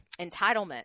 entitlement